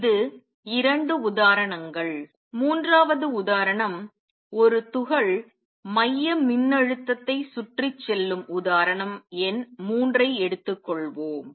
இது இரண்டு உதாரணங்கள் மூன்றாவது உதாரணம் ஒரு துகள் மைய மின்னழுத்தத்தைச் சுற்றிச் செல்லும் உதாரணம் எண் 3 ஐ எடுத்துக்கொள்வோம்